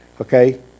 okay